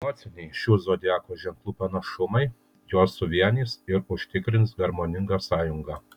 emociniai šių zodiako ženklų panašumai juos suvienys ir užtikrins harmoningą sąjungą